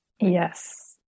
Yes